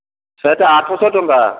ସେଟା ଆଠଶହ ଟଙ୍କା